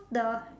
the